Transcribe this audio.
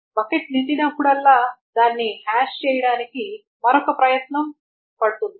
bucket నిండినప్పుడల్లా దాన్ని hash చేయడానికి మరొక ప్రయత్నం పడుతుంది